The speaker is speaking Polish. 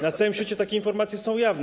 Na całym świecie takie informacje są jawne.